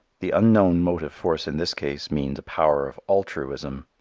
the unknown motive force in this case means a power of altruism,